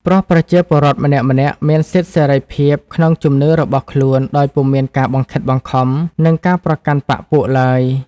ព្រោះប្រជាពលរដ្ឋម្នាក់ៗមានសិទ្ធិសេរីភាពក្នុងជំនឿរបស់ ខ្លួនដោយពុំមានការបង្ខិតបង្ខំ និងការប្រកាន់បក្សពួកឡើយ ។